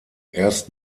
erst